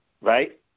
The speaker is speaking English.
right